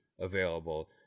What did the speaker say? available